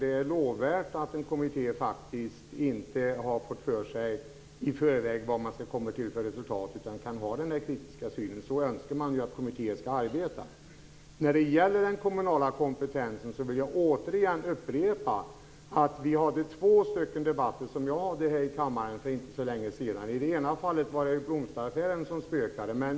Det är lovvärt att en kommitté inte i förväg har fått för sig vilka resultat man skall komma fram till utan har en kritisk syn. Det är så vi önskar att en kommitté skall arbeta. Jag vill åter upprepa angående den kommunala kompetensen att vi hade två debatter för inte så länge sedan i kammaren. I det ena fallet var det blomsteraffärer som spökade.